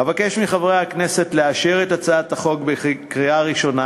אבקש מחברי הכנסת לאשר את הצעת החוק בקריאה הראשונה